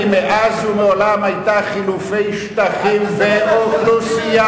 התוכנית שלי מאז ומעולם היתה חילופי שטחים ואוכלוסייה.